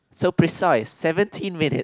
so precise seventeen minutes